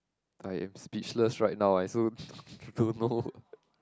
I am speechless right now I also don't know